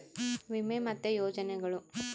ವಿಮೆ ಮತ್ತೆ ಯೋಜನೆಗುಳು